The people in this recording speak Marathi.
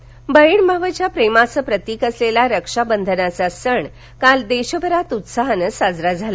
रक्षावंधन बहीण भावाच्या प्रेमाचं प्रतिक असलेला रक्षाबंधनाचा सण काल देशभरात उत्साहानं साजरा झाला